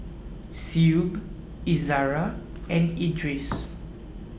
Shuib Izara and Idris